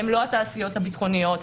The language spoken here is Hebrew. הן לא התעשיות הביטחוניות,